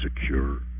secure